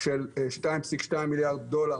עם הכנסות של 2.2 מיליארד דולר,